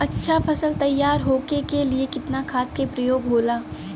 अच्छा फसल तैयार होके के लिए कितना खाद के प्रयोग होला?